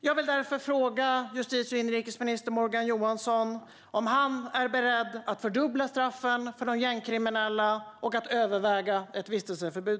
Jag vill därför fråga justitie och inrikesminister Morgan Johansson om han är beredd att fördubbla straffen för de gängkriminella och att överväga ett vistelseförbud.